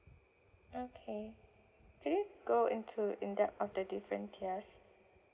okay could you go into in depth of the difference tiers